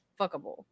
fuckable